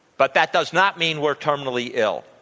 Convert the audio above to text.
but that does not mean we're terminally ill.